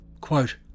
Quote